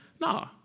no